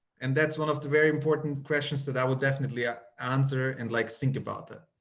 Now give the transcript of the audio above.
and that's one of the very important questions that i will definitely ah answer and like think about it.